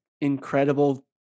incredible